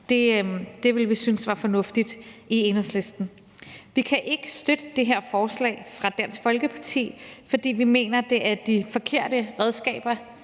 Det ville vi synes var fornuftigt i Enhedslisten. Vi kan ikke støtte det her forslag fra Dansk Folkeparti, fordi vi mener, at det er de forkerte redskaber,